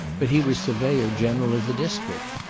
but he was surveyor general of the district.